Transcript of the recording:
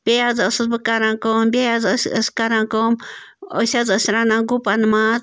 بیٚیہِ حظ ٲسٕس بہٕ کَران کٲم بیٚیہِ حظ ٲس أسۍ کَران کٲم أسۍ حظ ٲسۍ رَنان گُپَن ماز